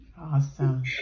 Awesome